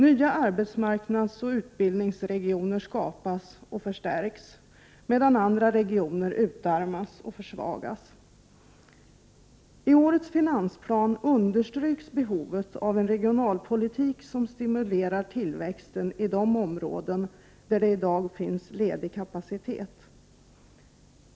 Nya arbetsmarknadsoch utbildningsregioner skapas och förstärks, medan andra regioner utarmas och försvagas. T årets finansplan understryks behovet av en regionalpolitik som stimulerar tillväxten i de områden där det finns ledig kapacitet.